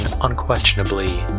unquestionably